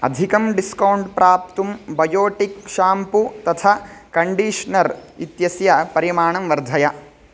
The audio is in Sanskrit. अधिकं डिस्कौण्ट् प्राप्तुं बयोटिक् शाम्पू तथा कण्डीश्नर् इत्यस्य परिमाणं वर्धय